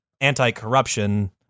anti-corruption